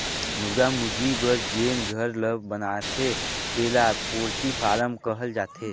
मुरगा मुरगी बर जेन घर ल बनाथे तेला पोल्टी फारम कहल जाथे